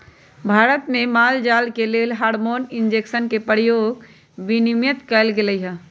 भारत में माल जाल के लेल हार्मोन इंजेक्शन के प्रयोग विनियमित कएल गेलई ह